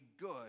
good